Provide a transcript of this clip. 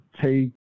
take